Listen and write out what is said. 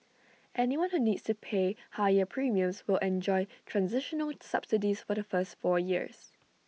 anyone who needs to pay higher premiums will enjoy transitional subsidies for the first four years